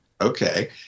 Okay